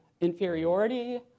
inferiority